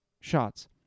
shots